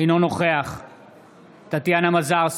אינו נוכח טטיאנה מזרסקי,